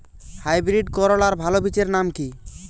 Hybrid করলার ভালো বীজের নাম কি?